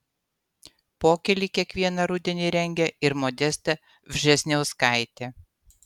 pokylį kiekvieną rudenį rengia ir modesta vžesniauskaitė